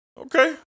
Okay